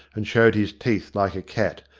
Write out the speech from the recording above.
and showed his teeth like a cat,